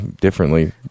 differently